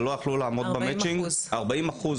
רוב הרשויות נותנות חלק מהמענים,